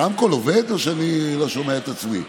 הרמקול עובד או שאני לא שומע את עצמי?